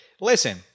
Listen